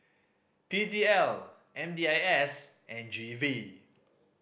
P D L M D I S and G V